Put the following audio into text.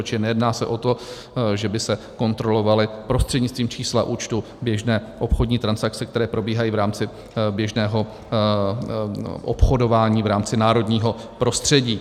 Čili nejedná se o to, že by se kontrolovaly prostřednictvím čísla účtu běžné obchodní transakce, které probíhají v rámci běžného obchodování v rámci národního prostředí.